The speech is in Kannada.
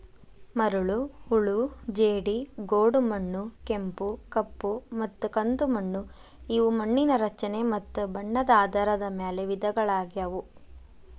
ಮರಳು, ಹೂಳು ಜೇಡಿ, ಗೋಡುಮಣ್ಣು, ಕೆಂಪು, ಕಪ್ಪುಮತ್ತ ಕಂದುಮಣ್ಣು ಇವು ಮಣ್ಣಿನ ರಚನೆ ಮತ್ತ ಬಣ್ಣದ ಆಧಾರದ ಮ್ಯಾಲ್ ವಿಧಗಳಗ್ಯಾವು